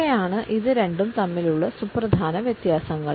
ഇവയാണ് ഇത് രണ്ടും തമ്മിലുള്ള സുപ്രധാന വ്യത്യാസങ്ങൾ